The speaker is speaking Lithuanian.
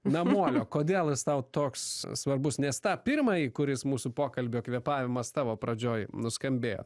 namolio kodėl jis tau toks svarbus nes tą pirmąjį kuris mūsų pokalbio kvėpavimas tavo pradžioj nuskambėjo